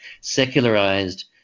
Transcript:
secularized